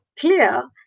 clear